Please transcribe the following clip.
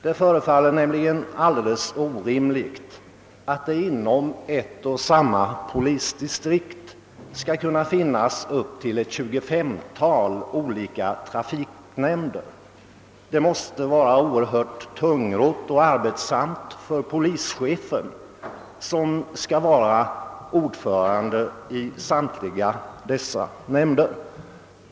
Det förefaller orimligt att det inom ett och samma polisdistrikt kan finnas upp till 25 olika trafiknämnder. Detta måste bli oerhört tungrott och arbetsamt för polischefen, som skall vara ordförande i samtliga dessa nämnder.